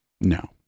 No